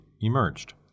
emerged